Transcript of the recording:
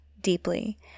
deeply